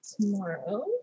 tomorrow